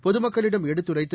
பொதுமக்களிடம் எடுத்துரைத்து